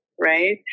right